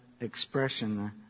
expression